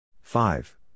Five